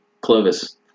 Clovis